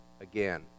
again